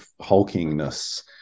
hulkingness